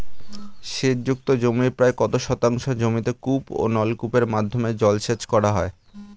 সেচ যুক্ত জমির প্রায় কত শতাংশ জমিতে কূপ ও নলকূপের মাধ্যমে জলসেচ করা হয়?